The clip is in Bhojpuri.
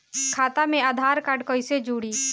खाता मे आधार कार्ड कईसे जुड़ि?